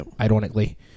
Ironically